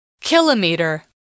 Kilometer